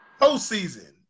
postseason